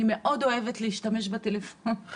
אני מאוד אוהבת להשתמש בטלפון,